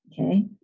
Okay